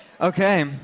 Okay